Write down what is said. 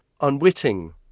unwitting